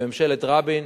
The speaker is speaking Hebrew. בממשלת רבין